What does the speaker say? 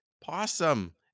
possum